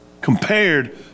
Compared